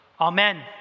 Amen